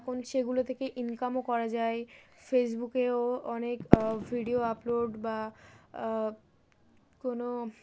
এখন সেগুলো থেকে ইনকামও করা যায় ফেসবুকেও অনেক ভিডিও আপলোড বা কোনো